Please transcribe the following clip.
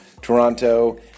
Toronto